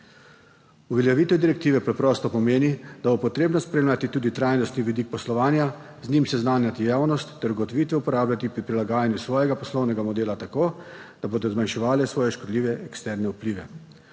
Uveljavitev direktive preprosto pomeni, da bo potrebno spremljati tudi trajnostni vidik poslovanja, z njim seznanjati javnost ter ugotovitve uporabljati pri prilagajanju svojega poslovnega modela tako, da bodo zmanjševale svoje škodljive eksterne vplive.